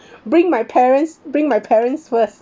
bring my parents bring my parents first